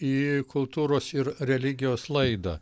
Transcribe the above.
į kultūros ir religijos laidą